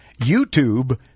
YouTube